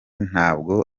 ntabwo